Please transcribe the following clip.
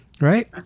right